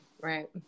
right